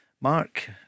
Mark